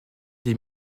des